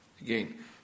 Again